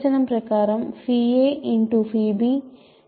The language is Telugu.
bకి సమానం